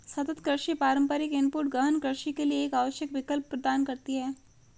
सतत कृषि पारंपरिक इनपुट गहन कृषि के लिए एक आवश्यक विकल्प प्रदान करती है